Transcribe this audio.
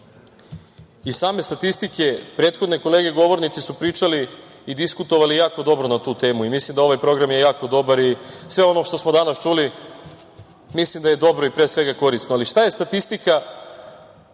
i same statistike, prethodne kolege govornici su pričali i diskutovali jako dobro na tu temu i mislim da je ovaj Program jako dobar i sve ono što smo danas čuli mislim da je dobro i, pre svega, korisno, ali šta je statistika